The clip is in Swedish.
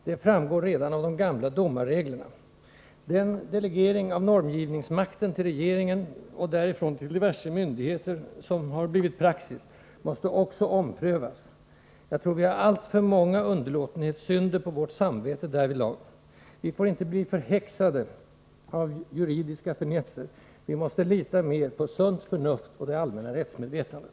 Det framgår redan av de gamla domarreglerna. Också den delegering av normgivningsmakten till regeringen och därifrån till diverse myndigheter som har blivit praxis måste omprövas. Jag tror att vi har alltför många underlåtenhetssynder på vårt samvete därvidlag. Vi får inte bli förhäxade av juridiska finesser. Vi måste lita mer på det sunda förnuftet och det allmänna rättsmedvetandet.